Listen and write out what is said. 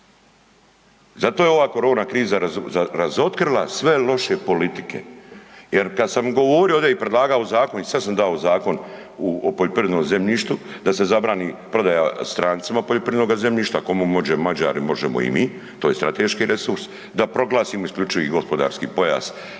Zato je ova korona kriza razotkrila sve loše politike, jer kada sam govorio ovdje i predlagao zakon i sad sam dao zakon o poljoprivrednom zemljištu, da se zabrani prodaja strancima poljoprivrednog zemljišta ako mogu Mađari, možemo i mi, to je strateški resurs, da proglasimo isključivi gospodarski pojas,